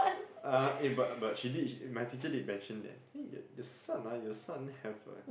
uh eh but but she did my teacher did mention that eh your son ah your son have a